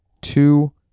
two